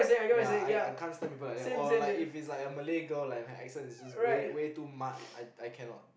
ya I I can't stand people like that or if like if it's like Malay girl like like her accent is way too mat I I cannot